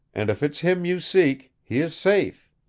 and if it's him you seek, he is safe.